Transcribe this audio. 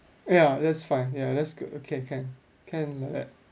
ya that's fine ya that's good okay can can like that